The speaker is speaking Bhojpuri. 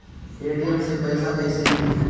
ए.टी.एम से पइसा कइसे निकली?